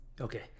okay